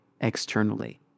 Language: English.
externally